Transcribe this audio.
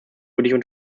würde